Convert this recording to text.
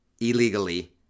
illegally